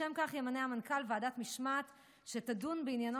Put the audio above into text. לשם כך ימנה המנכ"ל ועדת משמעת שתדון בעניינו